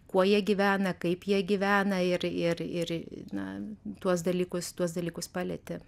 kuo jie gyvena kaip jie gyvena ir ir ir na tuos dalykus tuos dalykus palieti